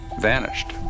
vanished